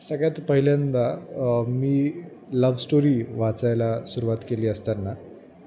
सगळ्यात पहिल्यांदा मी लव स्टोरी वाचायला सुरवात केली असताना